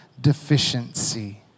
deficiency